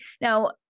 Now